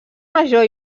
major